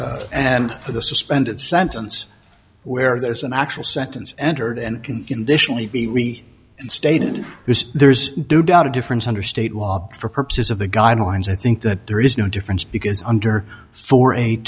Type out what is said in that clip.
and the suspended sentence where there's an actual sentence entered and can condition to be re stated there's do doubt a difference under state law for purposes of the guidelines i think that there is no difference because under for a